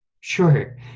sure